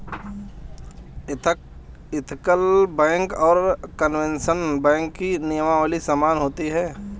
ethical bank और conventional bank की नियमावली समान होती है